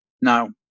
now